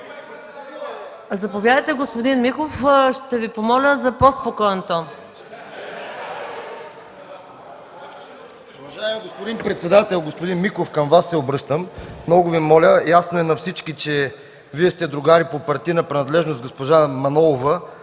Заповядайте, господин Михов. Ще Ви помоля за по-спокоен тон.